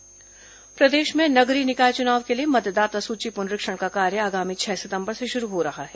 बातों बातों में प्रदेश में नगरीय निकाय चुनाव के लिए मतदाता सूची पुनरीक्षण का कार्य आगामी छह सितंबर से शुरू हो रहा है